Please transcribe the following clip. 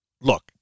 Look